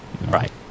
right